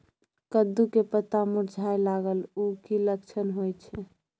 कद्दू के पत्ता मुरझाय लागल उ कि लक्षण होय छै?